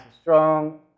strong